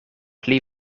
pli